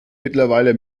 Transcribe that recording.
mittlerweile